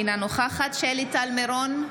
אינה נוכחת שלי טל מירון,